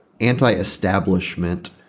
anti-establishment